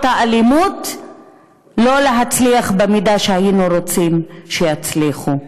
האלימות לא להצליח במידה שהיינו רוצים שיצליחו.